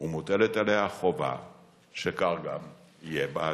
ומוטלת עליה החובה שכך גם יהיה בעתיד.